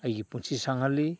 ꯑꯩꯒꯤ ꯄꯨꯟꯁꯤ ꯁꯥꯡꯍꯜꯂꯤ